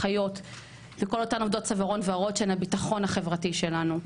אחיות וכל אותן עובדות צווארון וורוד שהן הביטחון החברתי שלנו,